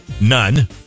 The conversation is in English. None